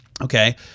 Okay